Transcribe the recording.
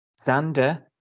Xander